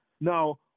now